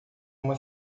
uma